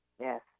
Yes